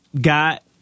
got